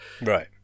Right